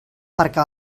perquè